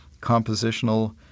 compositional